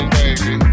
baby